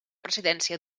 presidència